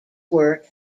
work